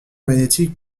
magnétique